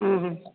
ଉଁ ହୁଁ